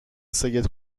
سید